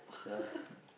ya